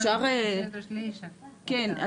כן.